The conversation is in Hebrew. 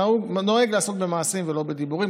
אני נוהג לעשות במעשים ולא בדיבורים,